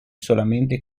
solamente